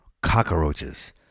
cockroaches